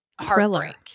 heartbreak